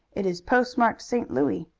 it is post-marked st. louis.